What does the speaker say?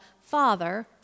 Father